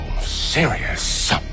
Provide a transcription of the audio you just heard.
serious